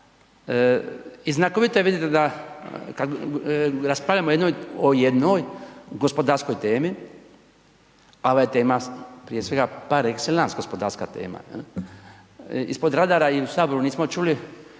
I znakovito je vidite da raspravljamo o jednoj gospodarskoj temi a ova je tema prije svega par excellence, gospodarska tema. Ispod radara i u Saboru nismo čuli